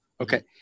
Okay